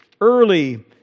early